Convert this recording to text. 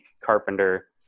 Carpenter